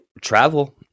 travel